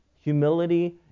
humility